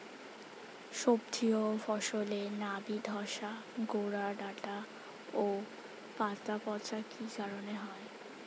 সবজি ও ফসলে নাবি ধসা গোরা ডাঁটা ও পাতা পচা কি কারণে হয়?